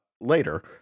later